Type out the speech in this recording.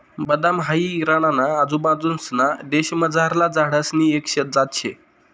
बदाम हाई इराणा ना आजूबाजूंसना देशमझारला झाडसनी एक जात शे